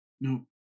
no